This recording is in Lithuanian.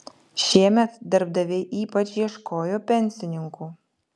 šiemet darbdaviai ypač ieškojo pensininkų